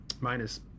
minus